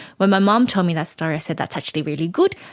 when my mum told me that story i said, that's actually really good,